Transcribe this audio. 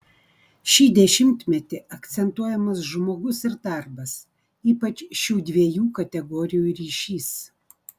šį dešimtmetį akcentuojamas žmogus ir darbas ypač šių dviejų kategorijų ryšys